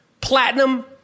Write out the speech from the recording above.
platinum